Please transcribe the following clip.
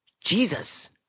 Jesus